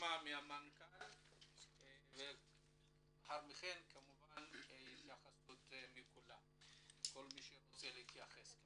נשמע בתחילה את המנכ"ל ולאחר מכן התייחסות ממי שירצה להתייחס.